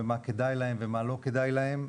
ומה כדאי להם ומה לא כדאי להם,